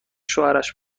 شوهرش